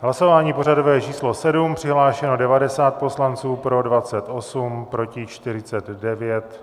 V hlasování pořadové číslo 7 přihlášeno 90 poslanců, pro 28, proti 49.